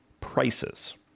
prices